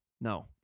no